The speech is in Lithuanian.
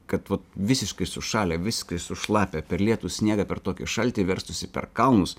kad visiškai sušalę visiškai sušlapę per lietų sniegą per tokį šaltį verstųsi per kalnus